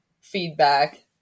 feedback